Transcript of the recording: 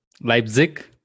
Leipzig